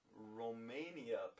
Romania